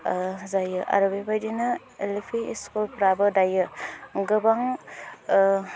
जायो आरो बेबायदिनो एल पि स्कुलफोराबो दायो गोबां